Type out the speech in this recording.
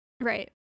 Right